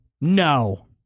no